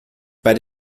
bei